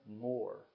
more